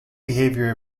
behavior